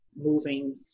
moving